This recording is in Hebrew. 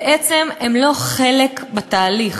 בעצם הם לא חלק בתהליך.